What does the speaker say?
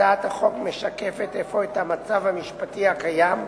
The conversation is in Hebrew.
הצעת החוק משקפת אפוא את המצב המשפטי הקיים,